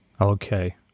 Okay